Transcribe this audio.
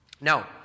Now